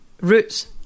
roots